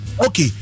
okay